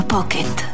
Pocket